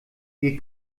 wir